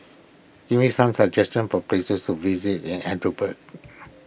give me some suggestions for places to visit in Edinburgh